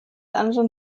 anderen